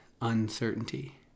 uncertainty